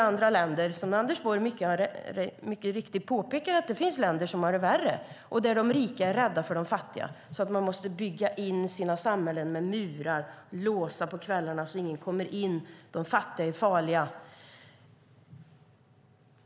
Anders Borg har mycket riktigt påpekat att det finns länder som har det värre och där de rika är rädda för de fattiga. De måste bygga in sina samhällen med murar och låsa om sig på kvällarna så att ingen kan komma in. De fattiga är farliga.